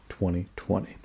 2020